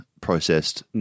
processed